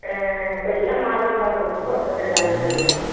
ஆ கொய்யா மாதுளம்பழம் அதில் ரெண்டு கிலோ